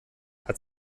hat